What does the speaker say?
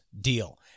Deal